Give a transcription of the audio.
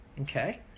Okay